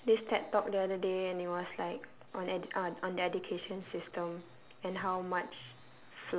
this ted talk the other day and it was on like edu~ uh on the education system and how much